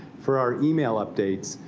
for our email updates,